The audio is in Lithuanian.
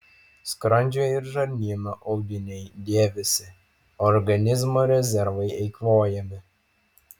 skrandžio ir žarnyno audiniai dėvisi organizmo rezervai eikvojami